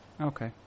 Okay